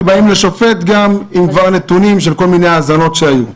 ובאים לשופט עם נתונים של האזנות שהיו.